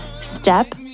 step